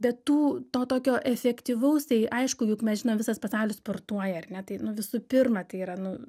bet tų to tokio efektyvaus tai aišku juk mes žinom visas pasaulis sportuoja ar ne tai nu visų pirma tai yra nu